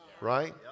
right